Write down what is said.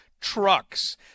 trucks